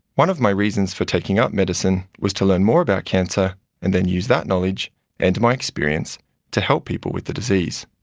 one of my reasons for taking up medicine was to learn more about cancer and then use that knowledge and my experience to help people with the disease.